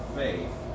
faith